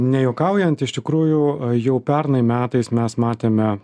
nejuokaujant iš tikrųjų jau pernai metais mes matėme